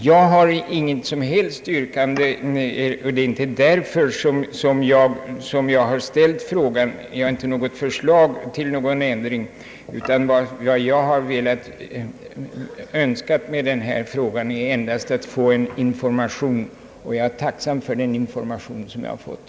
Jag har inte ställt denna fråga i avsikt att framföra något förslag om ändring, utan vad jag har önskat är endast att få information, och jag är tacksam för den information som jag nu har fått.